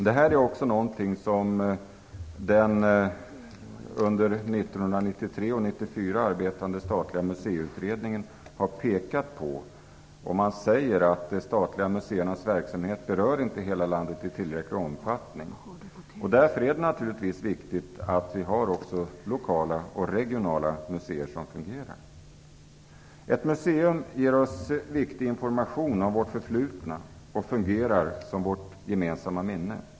Detta är också någonting som den under 1993 och 1994 arbetande statliga Museiutredningen har pekat på. Man säger att de statliga museernas verksamhet inte berör hela landet i tillräcklig omfattning. Därför är naturligtvis viktigt att det finns lokala och regionala museer som fungerar. Ett museum ger oss viktig information om vårt förflutna och fungerar som vårt gemensamma minne.